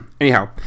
anyhow